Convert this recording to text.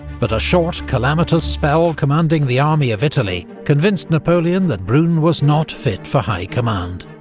but a short, calamitous spell commanding the army of italy convinced napoleon that brune was not fit for high command.